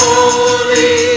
Holy